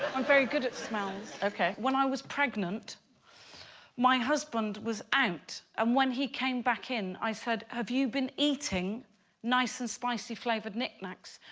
i'm very good at smells. okay when i was pregnant my husband was out and when he came back in i said have you been eating nice and spicy flavored knickknacks?